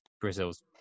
Brazil's